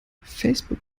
facebook